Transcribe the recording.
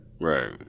right